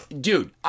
dude